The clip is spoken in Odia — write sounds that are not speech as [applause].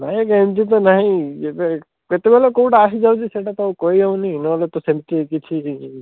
ନାହିଁ [unintelligible] ନାହିଁ ଯିବେ କେତେବେଳେ କୋଉଟା ଆସୁଛି ସେଇଟା ତ ଆଉ କହିହେଉନି ନ ହେଲେ ତ ସେମିତି କିଛି